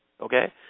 Okay